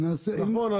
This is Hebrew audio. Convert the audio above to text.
נכון,